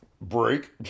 break